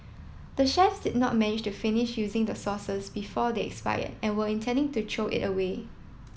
the chefs did not manage to finish using the sauces before they expired and were intending to throw it away